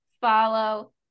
follow